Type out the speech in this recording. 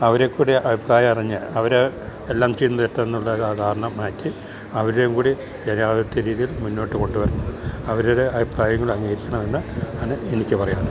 അവരെക്കൂടി അഭിപ്രായവറിഞ്ഞ് അവർ എല്ലാം ചെന്നെത്ത്ന്നത് ആ ധാരണ മാറ്റി അവരേങ്കൂടി രീതീൽ മുന്നോട്ട് കൊണ്ടുവരണം അവരടെ അഭിപ്രായമ കൂടി അംഗീകരിക്കണം എന്ന് ആണ് എനിക്ക് പറയാൻ ഉള്ളത്